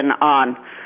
on